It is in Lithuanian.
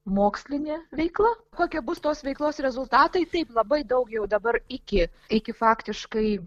mokslinė veikla kokie bus tos veiklos rezultatai taip labai daug jau dabar iki iki faktiškai